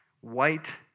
white